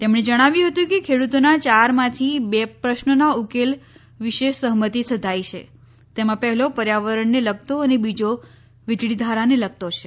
તેમણે જણાવ્યું હતું કે ખેડૂતોના યારમાંથી બે પ્રશ્નોના ઉકેલ વિષે સહમતી સધાઈ છે તેમાં પહેલો પર્યાવરણને લગતો અને બીજો વીજળીધારાને લગતો છે